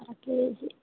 అర కేజీ